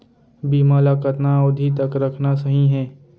बीमा ल कतना अवधि तक रखना सही हे?